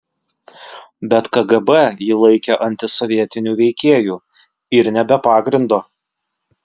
bet kgb jį laikė antisovietiniu veikėju ir ne be pagrindo